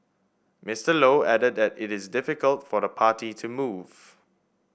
Mister Low added that it is difficult for the party to move